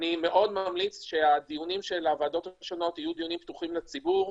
אני מאוד ממליץ שהדיונים של הוועדות השונות יהיו פתוחים לציבור.